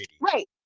Right